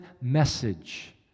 message